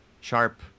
sharp